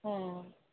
ꯎꯝ